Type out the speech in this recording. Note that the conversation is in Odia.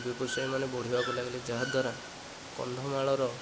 ବ୍ୟବସାୟୀ ମାନେ ବଢ଼ିବାକୁ ଲାଗିଲେ ଯାହାଦ୍ୱାରା କନ୍ଧମାଳର